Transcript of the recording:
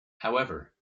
however